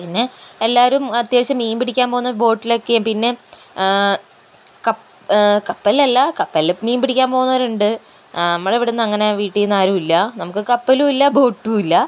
പിന്നെ എല്ലാവരും അത്യാവശ്യം മീൻ പിടിക്കാൻ പോകുന്ന ബോട്ടിലൊക്കേയും പിന്നെ കപ്പലിലല്ല കപ്പലിൽ മീൻ പിടിക്കാൻ പോകുന്നവരുണ്ട് ആ നമ്മുടെ ഇവിടെ അങ്ങനെ വീട്ടീൽനിന്ന് ആരും ഇല്ല നമുക്ക് കപ്പലും ഇല്ല ബോട്ടും ഇല്ല